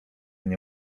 nie